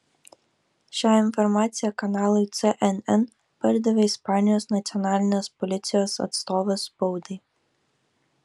šią informaciją kanalui cnn perdavė ispanijos nacionalinės policijos atstovas spaudai